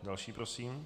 Další prosím.